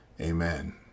Amen